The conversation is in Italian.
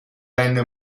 rende